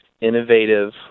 innovative